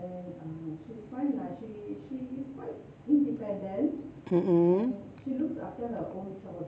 mmhmm